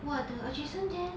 !wah! the ajisen there